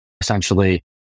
essentially